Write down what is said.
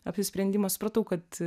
apsisprendimą supratau kad